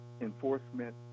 enforcement